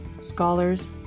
scholars